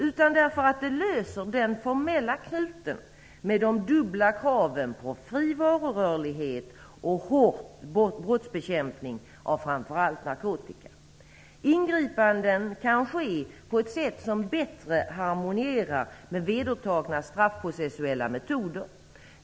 Vårt förslag löser den formella knuten med de dubbla kraven på fri varurörlighet och hård bekämpning av framför allt narkotikabrott. Ingripanden kan ske på ett sätt som bättre harmonierar med vedertagna straffprocessuella metoder.